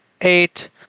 eight